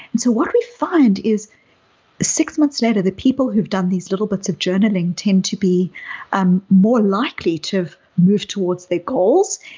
so what we find is six months later, the people who've done these little bits of journaling tend to be um more likely to move towards their goals.